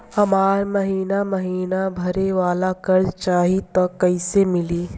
हमरा महिना महीना भरे वाला कर्जा चाही त कईसे मिली?